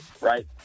right